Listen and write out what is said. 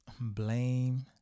blame